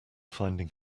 finding